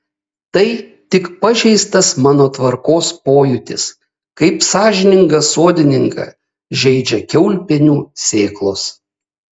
tai tik pažeistas mano tvarkos pojūtis kaip sąžiningą sodininką žeidžia kiaulpienių sėklos